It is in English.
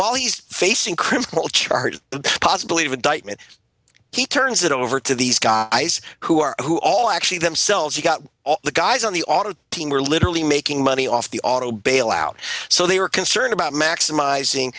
while he's facing criminal charges the possibility of indictment he turns it over to these guys who are who all actually themselves you got the guys on the audit team were literally making money off the auto bailout so they were concerned about maximizing